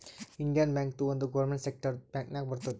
Indian bank ಒಂದ್ government ಸೆಕ್ಟರ್ದು bank ನಾಗ್ ಬರ್ತುದ್